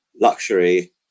luxury